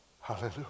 Hallelujah